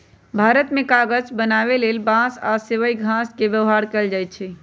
भारत मे कागज बनाबे लेल बांस आ सबइ घास के व्यवहार कएल जाइछइ